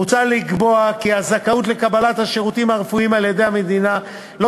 מוצע לקבוע כי הזכאות לקבלת השירותים הרפואיים על-ידי המדינה לא